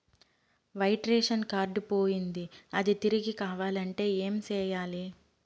white ration card పోయింది అది తిరిగి కావాలంటే ఏం సేయాలి